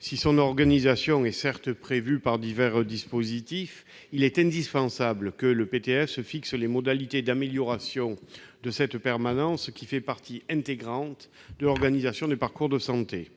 Si son organisation est prévue par divers dispositifs, il est indispensable que le PTS fixe les modalités d'amélioration de cette permanence qui fait partie intégrante de l'organisation des parcours de santé.